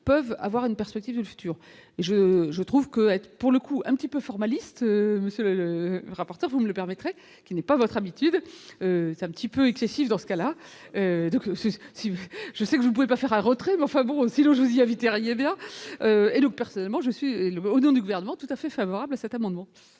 peuvent avoir une perspective le futur mais je, je trouve que être pour le coup, un petit peu formaliste. Monsieur le rapporteur, vous me le permettrait, qui n'est pas votre habitude c'est un petit peu excessif dans ce cas-là, donc ce si je sais que vous ne pouvez pas faire un retrait, mais enfin bon si l'jovialité bien et donc personnellement, je suis au nom du gouvernement tout à fait favorable à cet amendement.